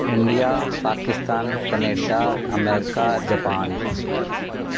India Pakistan Canada America Japan